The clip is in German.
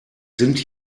sind